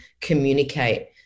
communicate